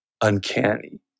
uncanny